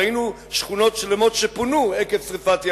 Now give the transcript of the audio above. ראינו שכונות שלמות שפונו עקב שרפת יערות.